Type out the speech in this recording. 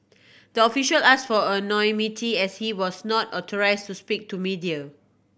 the official asked for anonymity as he was not authorised to speak to media